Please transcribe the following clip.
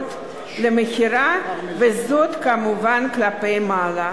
הדירות למכירה, וזאת, כמובן, כלפי מעלה.